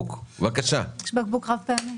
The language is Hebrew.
אין מחלוקת על ההמלצה.